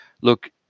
Look